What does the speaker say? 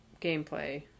gameplay